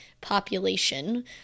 population